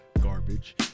garbage